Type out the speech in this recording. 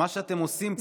מה שאתם עושים פה,